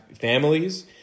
families